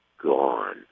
gone